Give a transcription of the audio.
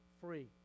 free